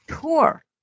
tour